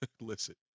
Listen